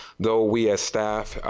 though we as staff,